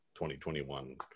2021